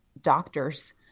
doctors